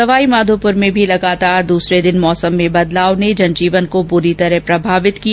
सवाईमाधोपुर में भी लगातार दूसरे दिन मौसम में बदलाव ने जनजीवन को बुरी तरह प्रभावित किया